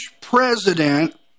president